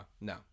No